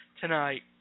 tonight